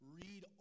read